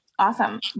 Awesome